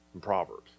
Proverbs